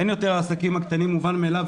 אין יותר מובן מאליו שהעסקים הקטנים הם משלמים,